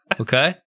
Okay